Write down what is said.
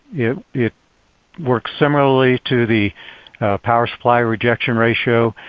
it it works similarly to the power supply rejection ratio.